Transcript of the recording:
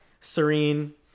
Serene